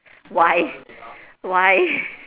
why why